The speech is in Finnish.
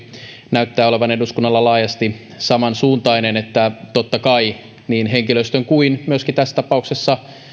näyttää olevan eduskunnalla laajasti samansuuntainen että totta kai niin henkilöstön kuin tässä tapauksessa myöskin